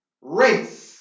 race